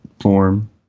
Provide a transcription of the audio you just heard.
form